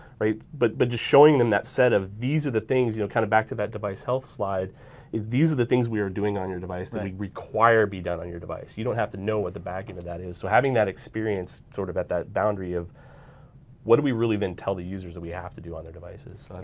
right? but but just showing them that set of these are the things you know kind of back to that device health slide is these are the things we are doing on your device and require be done on your device, you don't have to know what the back end of that is. so having that experience sort of at that boundary of what do we really then tell the users that we have to do on their devices?